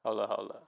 好了好了